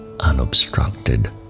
unobstructed